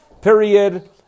period